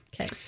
Okay